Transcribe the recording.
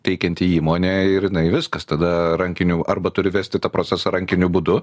teikianti įmonė ir jinai viskas tada rankiniu arba turi vesti tą procesą rankiniu būdu